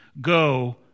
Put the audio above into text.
Go